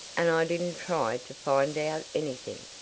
and i didn't try to find out anything.